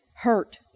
hurt